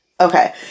okay